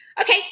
Okay